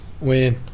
Win